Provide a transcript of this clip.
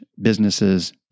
businesses